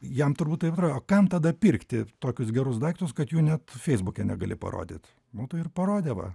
jam turbūt taip atrodo kam tada pirkti tokius gerus daiktus kad jų net feisbuke negali parodyt nu tai ir parodė va